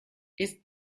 ist